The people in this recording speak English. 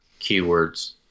keywords